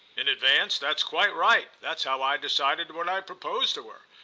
in advance that's quite right. that's how i decided when i proposed to her.